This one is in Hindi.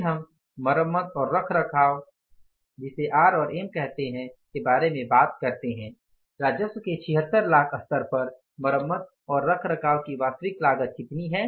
फिर हम मरम्मत और रखरखाव आर और एम के बारे में बात करते हैं राजस्व के 76 लाख स्तर पर मरम्मत और रखरखाव की वास्तविक लागत कितनी हैं